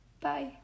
Bye